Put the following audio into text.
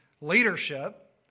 leadership